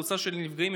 הקבוצה של הנפגעים,